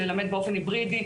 ללמד באופן היברידי,